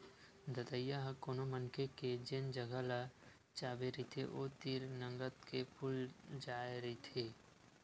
दतइया ह कोनो मनखे के जेन जगा ल चाबे रहिथे ओ तीर नंगत के फूल जाय रहिथे